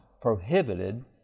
prohibited